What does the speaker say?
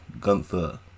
Gunther